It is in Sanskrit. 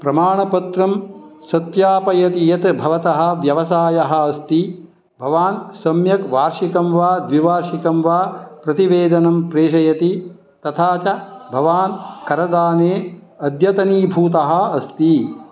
प्रमाणपत्रं सत्यापयति यत् भवतः व्यवसायः अस्ति भवान् सम्यक् वार्षिकं वा द्विवार्षिकं वा प्रतिवेदनं प्रेषयति तथा च भवान् करदाने अद्यतनीभूतः अस्ति